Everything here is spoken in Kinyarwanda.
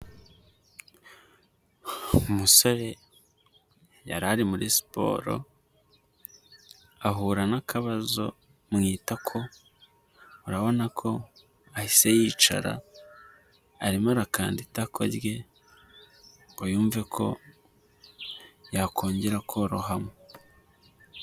Umusore yari ari muri siporo ahura n'akabazo mu itako urabona ko ahise yicara arimo arakanda itako rye ngo yumve ko yakongera korohama.